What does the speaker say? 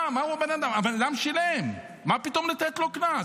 מה, הבן אדם שילם, מה פתאום לתת לו קנס?